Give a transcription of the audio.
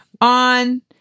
on